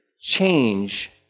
change